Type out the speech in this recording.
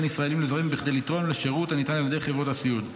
ישראלים לזרים כדי לתרום לשירות הניתן על ידי חברות הסיעוד?